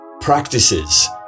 practices